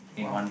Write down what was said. !wow!